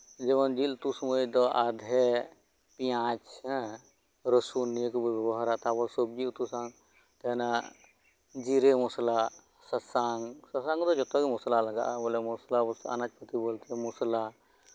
ᱡᱮᱢᱚᱱ ᱡᱮᱹᱞ ᱩᱛᱩ ᱥᱚᱢᱚᱭ ᱫᱚ ᱟᱫᱟ ᱯᱮᱸᱭᱟᱡᱽ ᱮᱫ ᱨᱩᱥᱩᱱ ᱱᱤᱭᱟᱹ ᱠᱚᱵᱚᱱ ᱵᱮᱵᱚᱦᱟᱨᱟ ᱛᱟᱨᱯᱚᱨ ᱥᱚᱵᱽᱡᱤ ᱩᱛᱩ ᱥᱟᱶ ᱛᱟᱦᱮᱱᱟ ᱡᱤᱨᱟᱹ ᱢᱚᱥᱞᱟ ᱥᱟᱥᱟᱝ ᱥᱟᱥᱟᱝ ᱠᱚᱫᱚ ᱡᱷᱚᱛᱚ ᱢᱚᱥᱞᱟ ᱨᱮᱜᱮ ᱞᱟᱜᱟᱜᱼᱟ ᱟᱱᱟᱡᱽ ᱯᱟᱛᱤ ᱵᱚᱞᱛᱮ ᱢᱚᱥᱞᱟ